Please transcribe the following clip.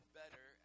better